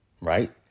Right